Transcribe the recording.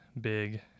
big